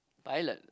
pilot